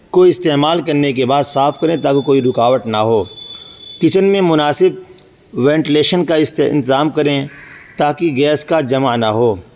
کو استعمال کرنے کے بعد صاف کریں تاکہ کوئی رکاوٹ نہ ہو کچن میں مناسب وینٹلیشن کا انتظام کریں تاکہ گیس کا جمع نہ ہو